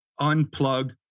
unplug